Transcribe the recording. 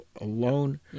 alone